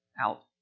out